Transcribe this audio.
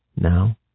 Now